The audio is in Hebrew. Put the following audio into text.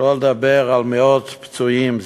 שלא לדבר על מאות פצועים.